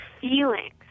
feelings